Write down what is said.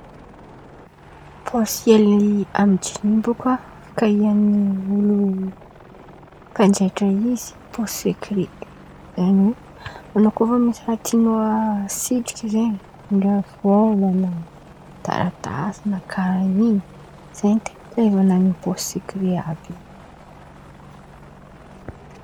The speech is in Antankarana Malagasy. Pôsy hely amy jin̈y bôka fikain̈olo -mpanjaitra izy pôsy sekre zen̈y, an̈ao kô fa misy raha tian̈ao asitriky zen̈y ndre vôla na taratasy na karàha in̈y zen̈y ten̈a ilaivan̈a pôsy sekre àby in̈y.